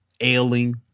ailing